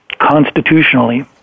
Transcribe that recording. constitutionally